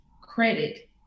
credit